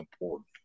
important